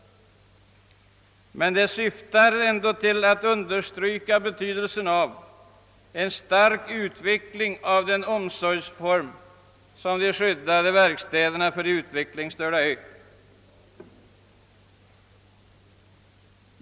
Men de syftar ändå till att understryka betydelsen av en stark utveckling av den omsorgsform som de skyddade verkstäderna för utvecklingsstörda innebär.